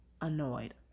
annoyed